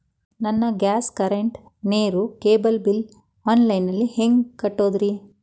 ನನ್ನ gas, current, ನೇರು, cable bill online ನಲ್ಲಿ ಹೆಂಗ್ ಕಟ್ಟೋದ್ರಿ?